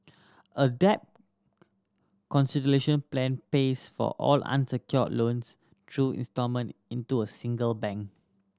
a debt consolidation plan pays for all unsecured loans through instalment in to a single bank